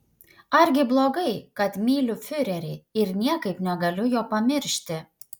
argi blogai kad myliu fiurerį ir niekaip negaliu jo pamiršti